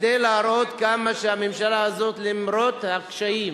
כדי להראות כמה הממשלה הזאת, למרות הקשיים,